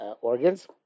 organs